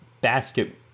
basket